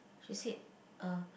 she said uh